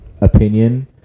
opinion